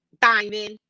Diamond